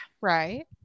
Right